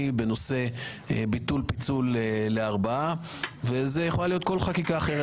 בנושא ביטול פיצול לארבעה וזאת יכולה להיות כל חקיקה אחרת